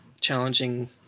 challenging